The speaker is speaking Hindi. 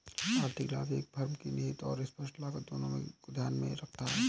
आर्थिक लाभ एक फर्म की निहित और स्पष्ट लागत दोनों को ध्यान में रखता है